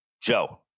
Joe